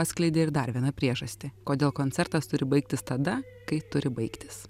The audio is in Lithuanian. atskleidė ir dar vieną priežastį kodėl koncertas turi baigtis tada kai turi baigtis